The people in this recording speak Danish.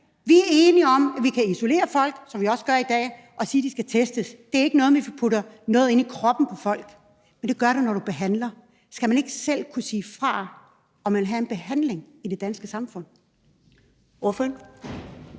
Vi er enige om, at vi kan isolere folk, som vi også gør i dag, og sige, at de skal testes. Det er ikke noget med, at vi putter noget ind i kroppen på folk. Men det gør du, når du behandler. Skal man ikke selv kunne sige fra, i forhold til om man vil have en behandling i det danske samfund? Kl.